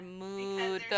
mood